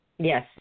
Yes